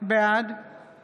בעד